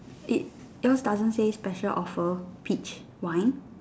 it yours doesn't say special offer peach wine